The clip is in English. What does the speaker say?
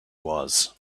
was